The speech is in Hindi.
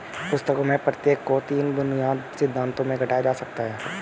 पुस्तकों में से प्रत्येक को तीन बुनियादी सिद्धांतों में घटाया जा सकता है